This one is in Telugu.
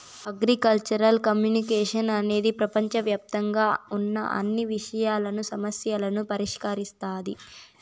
అగ్రికల్చరల్ కమ్యునికేషన్ అనేది ప్రపంచవ్యాప్తంగా ఉన్న అన్ని విషయాలను, సమస్యలను పరిష్కరిస్తాది